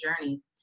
journeys